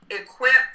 Equipped